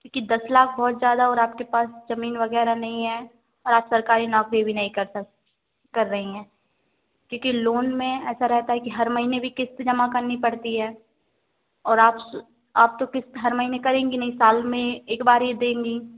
क्योंकि दस लाख बहुत ज्यादा है और आपके पास जमीन वगैरह नहीं है और आप सरकारी नौकरी भी नहीं कर सक कर रही हैं क्योंकी लोन में ऐसा रहता है कि हर महीने भी किश्त जमा करनी पड़ती है और आप आप तो किश्त हर महीने करेंगी नहीं साल में एक बार ये देंगी